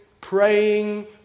praying